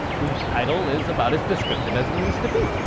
whose title is about as descriptive as it needs to be.